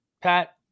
Pat